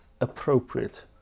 appropriate